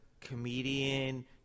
comedian